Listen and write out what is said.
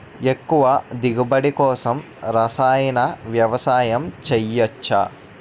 ఎక్కువ దిగుబడి కోసం రసాయన వ్యవసాయం చేయచ్చ?